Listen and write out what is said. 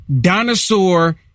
dinosaur